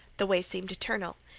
the way seemed eternal.